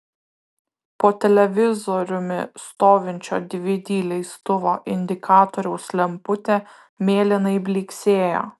po televizoriumi stovinčio dvd leistuvo indikatoriaus lemputė mėlynai blyksėjo